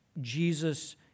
Jesus